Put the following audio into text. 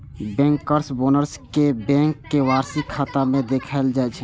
bankers bonus कें bank के वार्षिक खाता मे देखाएल जाइ छै